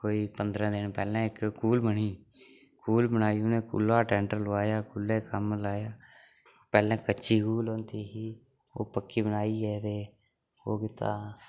कोई पंदरां दिन पैह्लें इक कूल बनी कूल बनाई उ'नें कूलै दा टैंडर लोआया कुलै कम्म लाया पैह्लें कच्ची कूल होंदी ही ओह् पक्की बनाइयै ते ओह् कीता